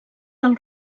del